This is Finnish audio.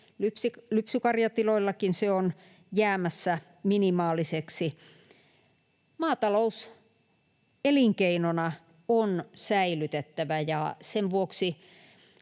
lypsykarjatiloillakin se on jäämässä minimaaliseksi. Maatalous elinkeinona on säilytettävä, ja sen vuoksi